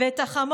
/ ואת החמור,